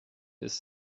ist